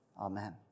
Amen